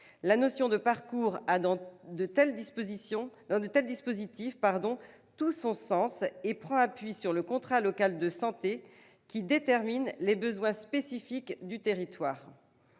La notion de parcours a, dans de tels dispositifs, tout son sens et prend appui sur le contrat local de santé qui détermine les besoins spécifiques du territoire.